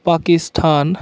Pakistan